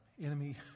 enemy